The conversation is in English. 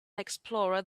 explorer